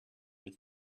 were